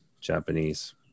Japanese